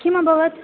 किमभवत्